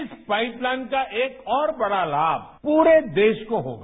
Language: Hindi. इस पाइपलाइन का एक और बड़ा लाम पूरे देश को होगा